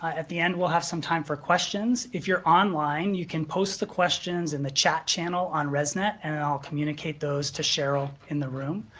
at the end, we'll have some time for questions. if you're online, you can post the questions in the chat channel on reznet and i'll communicate those to cheryl in the room.